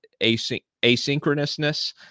asynchronousness